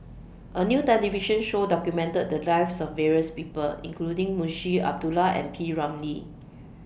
A New television Show documented The Lives of various People including Munshi Abdullah and P Ramlee